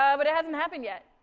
ah but it hasn't happened yet.